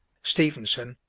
stephenson,